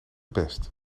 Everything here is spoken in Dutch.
best